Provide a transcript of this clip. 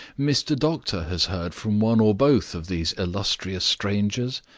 mr. doctor has heard from one or both of these illustrious strangers?